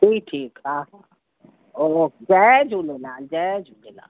जी ठीकु हा हा ओ जय झूलेलाल जय झूलेलाल